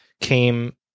came